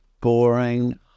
boring